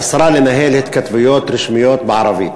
אסרה לנהל התכתבויות רשמיות בערבית.